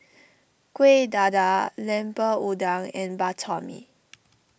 Kueh Dadar Lemper Udang and Bak Chor Mee